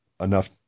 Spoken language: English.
enough